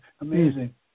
Amazing